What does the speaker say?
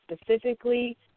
specifically